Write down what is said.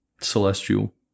Celestial